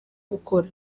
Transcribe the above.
gukora